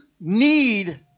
need